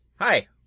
Hi